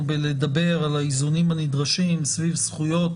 בלדבר על האיזונים הנדרשים סביב זכויות